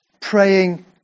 Praying